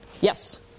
Yes